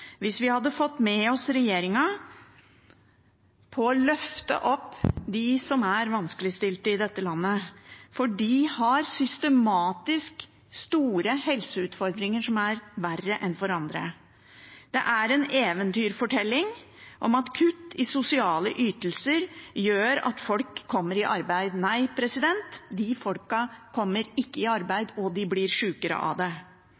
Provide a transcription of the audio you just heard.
hvis vi hadde fått med oss regjeringen på å løfte opp dem som er vanskeligstilt i dette landet, for de har systematisk store helseutfordringer som er verre enn for andre. Det er en eventyrfortelling om at kutt i sosiale ytelser gjør at folk kommer i arbeid. Nei, de folkene kommer ikke i arbeid, og de blir sykere av det.